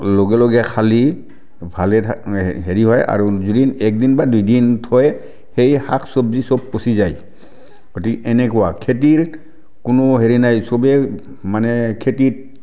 লগে লগে খালে ভালে থাকে হেৰি হয় আৰু যদি এক দিন বা দুই দিন হয় সেই শাক চবজি চব পচি যায় গতিকে এনেকুৱা খেতিৰ কোনো হেৰি নাই চবেই মানে খেতিত